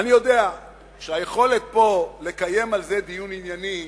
אני יודע שהיכולת פה לקיים על זה דיון ענייני